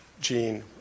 gene